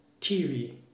TV